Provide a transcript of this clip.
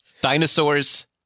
dinosaurs